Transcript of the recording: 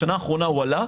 בשנה האחרונה הוא עלה.